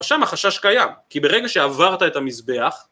ושם החשש קיים, כי ברגע שעברת את המזבח